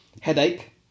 Headache